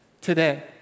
today